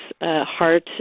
heart